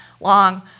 long